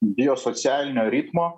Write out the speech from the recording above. biosocialinio ritmo